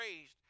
raised